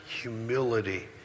humility